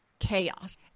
chaos